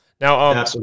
Now